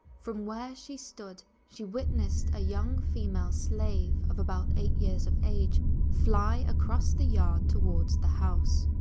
from where she stood, she witnessed a young female slave of about eight years of age fly across the yard towards the house.